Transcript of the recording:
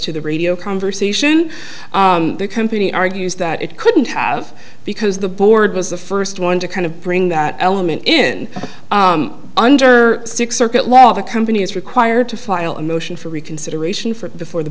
to the radio conversation the company argues that it couldn't have because the board was the first one to kind of bring that element in under six circuit law the company is required to file a motion for reconsideration from before the